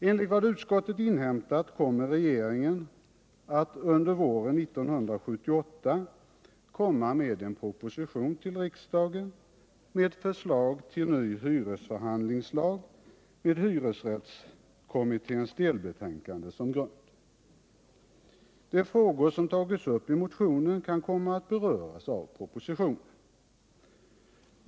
Enligt vad utskottet inhämtat kommer regeringen att under våren 1978 framlägga en proposition för riksdagen med förslag till ny hyresförhandlingslag med hyresrättskommitténs delbetänkande som grund. De frågor som tagits upp i motionen kan komma att beröras i propositionen.